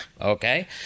okay